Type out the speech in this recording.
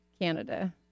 Canada